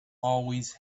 always